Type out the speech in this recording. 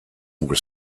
were